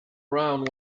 round